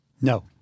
No